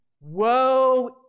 woe